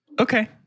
Okay